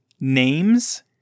names